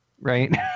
Right